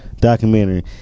Documentary